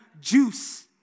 juice